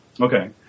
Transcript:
Okay